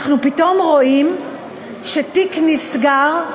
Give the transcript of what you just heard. אנחנו פתאום רואים שתיק נסגר,